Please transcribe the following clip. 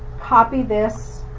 copy this,